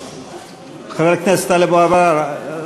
חבר הכנסת טלב אבו עראר,